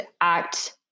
act